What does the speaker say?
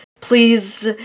Please